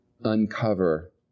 uncover